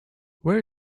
where